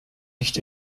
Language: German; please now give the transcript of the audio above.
nicht